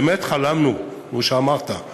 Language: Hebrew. באמת חלמנו, כמו שאמרת,